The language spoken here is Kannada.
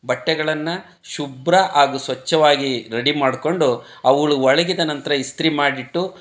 ಬಟ್ಟೆಗಳನ್ನು ಶುಭ್ರ ಹಾಗೂ ಸ್ವಚ್ಛವಾಗಿ ರಡಿ ಮಾಡಿಕೊಂಡು ಅವುಗಳು ಒಣಗಿದ ನಂತರ ಇಸ್ತ್ರಿ ಮಾಡಿಟ್ಟು